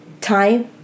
time